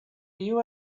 you